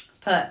put